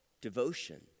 devotion